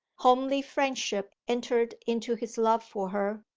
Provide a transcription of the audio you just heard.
homely friendship entered into his love for her,